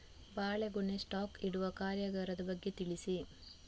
ಬಾಳೆಗೊನೆ ಸ್ಟಾಕ್ ಇಡುವ ಕಾರ್ಯಗಾರದ ಬಗ್ಗೆ ತಿಳಿಸಿ